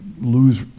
lose